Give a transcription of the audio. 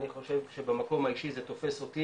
אני חושב שבמקום האישי זה תופס אותי,